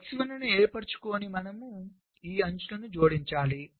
కాబట్టి x1 ను ఏర్పరుచుకొని మనము ఈ అంచులను జోడించాలి